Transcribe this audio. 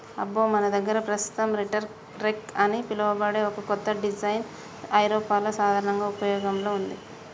అబ్బో మన దగ్గర పస్తుతం రీటర్ రెక్ అని పిలువబడే ఓ కత్త డిజైన్ ఐరోపాలో సాధారనంగా ఉపయోగంలో ఉంది